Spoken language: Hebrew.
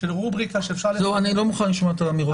--- אני לא מוכן לשמוע את האמירות האלה.